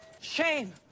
shame